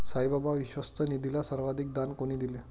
साईबाबा विश्वस्त निधीला सर्वाधिक दान कोणी दिले?